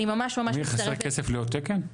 אמיר, חסר כסף לעוד תקן?